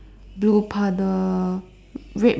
blue puddle